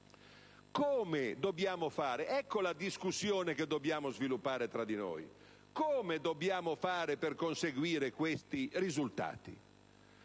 Come dobbiamo fare - ecco la discussione che dobbiamo sviluppare tra di noi - per conseguire questi risultati?